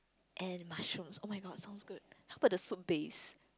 and mushroom oh-my-god sounds good how about the soup base